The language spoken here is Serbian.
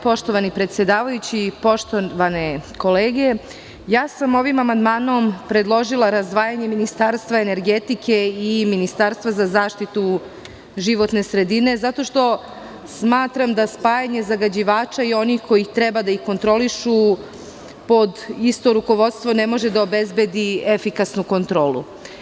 Poštovani predsedavajući, poštovane kolege, ovim amandmanom sam predložila razdvajanje ministarstva energetike i ministarstva za zaštitu životne sredine, zato što smatram da spajanje zagađivača i onih koji treba da ih kontrolišu pod isto rukovodstvo ne može da obezbedi efikasnu kontrolu.